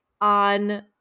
On